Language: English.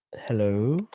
Hello